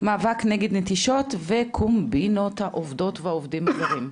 מאבק נגד נטישות וקומבינות העובדות והעובדים הזרים.